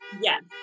Yes